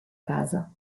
casa